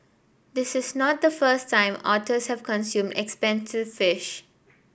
this is not the first time otters have consumed expensive fish